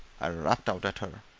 i rapped out at her.